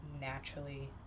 naturally